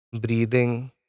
Breathing